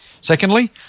Secondly